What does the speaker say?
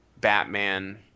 Batman